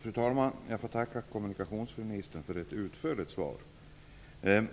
Fru talman! Jag får tacka kommunikationsministern för ett utförligt svar. Det är